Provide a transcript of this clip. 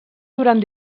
durant